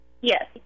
Yes